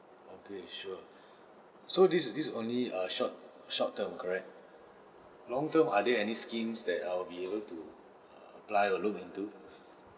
okay sure so this is this is only short short term correct long term are there any schemes that I'll be able to err apply or look into